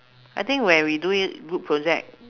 I think when we do it group project